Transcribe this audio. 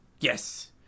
Yes